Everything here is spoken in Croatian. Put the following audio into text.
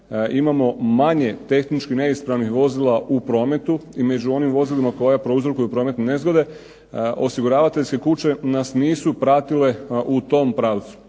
imamo manje tehnički neispravnih vozila u prometu, i među onim vozilima koja prouzrokuju prometne nezgode, osiguravateljske kuće nas nisu pratile u tom pravcu.